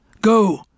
Go